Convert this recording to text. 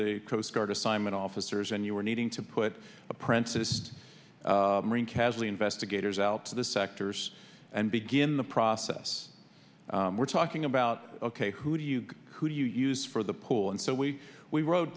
the coast guard assignment officers and you were needing to put apprentice marine casually investigators out to the sectors and begin the process we're talking about ok who do you who do you use for the pool and so we we wro